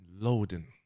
Loading